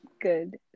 good